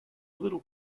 little